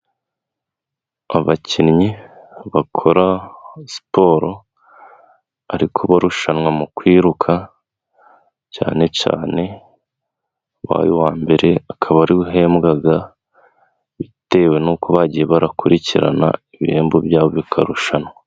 Abakinnyi bakora siporo ariko barushanwa mu kwiruka cyane cyane baye uwa mbere akaba ariwe uhembwa. Bitewe n'uko bagiye barakurikirana ibihembo byabo bikarushanwa.